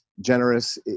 generous